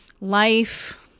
life